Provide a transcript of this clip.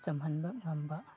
ꯆꯝꯍꯟꯕ ꯉꯝꯕ